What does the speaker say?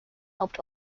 helped